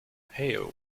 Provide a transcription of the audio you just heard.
hale